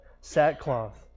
sackcloth